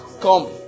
come